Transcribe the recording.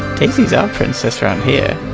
daisy is our princess around here.